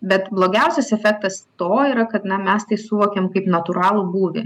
bet blogiausias efektas to yra kad na mes tai suvokiam kaip natūralų būvį